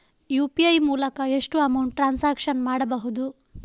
UPI ಮೂಲಕ ಎಷ್ಟು amount transaction ಮಾಡಬಹುದು?